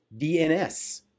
dns